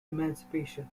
emancipation